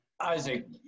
Isaac